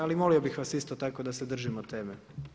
Ali molio bih vas isto tako da se držimo teme.